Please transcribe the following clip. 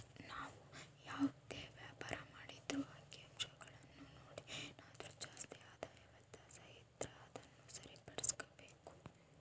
ನಾವು ಯಾವುದೇ ವ್ಯಾಪಾರ ಮಾಡಿದ್ರೂ ಅಂಕಿಅಂಶಗುಳ್ನ ನೋಡಿ ಏನಾದರು ಜಾಸ್ತಿ ಆದಾಯದ ವ್ಯತ್ಯಾಸ ಇದ್ರ ಅದುನ್ನ ಸರಿಪಡಿಸ್ಕೆಂಬಕು